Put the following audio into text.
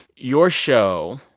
your show,